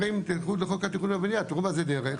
אומרים תלכו לחוק תכנון והבנייה תראו מה זה דרך.